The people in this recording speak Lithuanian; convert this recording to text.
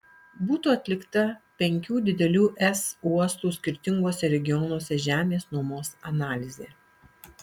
būtų atlikta penkių didelių es uostų skirtinguose regionuose žemės nuomos analizė